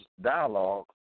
dialogue